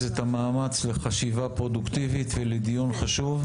את המאמץ לחשיבה פרודוקטיבית ולדיון חשוב.